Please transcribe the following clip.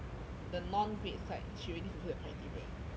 the non-grade side she already fulfilled the criteria how about that